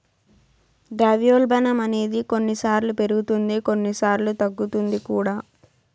ద్రవ్యోల్బణం అనేది కొన్నిసార్లు పెరుగుతుంది కొన్నిసార్లు తగ్గుతుంది కూడా